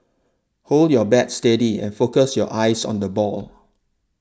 hold your bat steady and focus your eyes on the ball